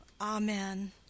Amen